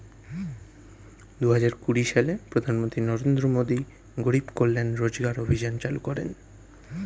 দুহাজার কুড়ি সালে প্রধানমন্ত্রী নরেন্দ্র মোদী গরিব কল্যাণ রোজগার অভিযান চালু করেন